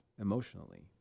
emotionally